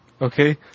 okay